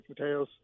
Mateos